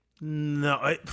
No